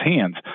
hands